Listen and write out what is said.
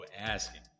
asking